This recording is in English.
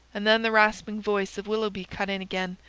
and then the rasping voice of willoughby cut in again,